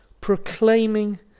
proclaiming